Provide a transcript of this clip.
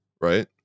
right